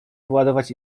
wyładować